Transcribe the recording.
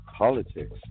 Politics